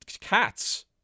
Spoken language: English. cats